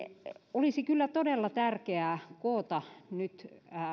olisi kyllä todella tärkeää koota nyt